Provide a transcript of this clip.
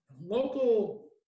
local